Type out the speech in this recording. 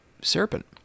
serpent